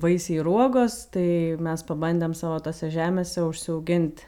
vaisiai ir uogos tai mes pabandėm savo tose žemėse užsiaugint